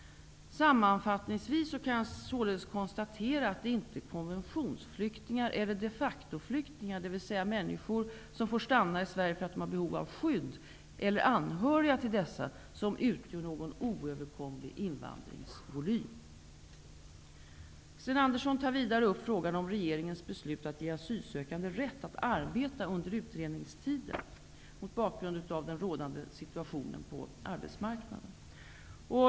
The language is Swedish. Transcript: Sammanfattningsvis kan jag således konstatera att det inte är konventionsflyktingar eller de factoflyktingar -- dvs. människor som får stanna i Sverige för att de har behov av skydd -- eller anhöriga till dessa som utgör någon oöverkomlig invandringsvolym. Sten Andersson tar vidare upp frågan om regeringens beslut att ge asylsökande rätt att arbeta under utredningstiden, mot bakgrund av rådande situation på arbetsmarknaden.